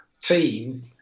team